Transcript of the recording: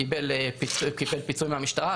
קיבל פיצויים מהמשטרה,